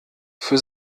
für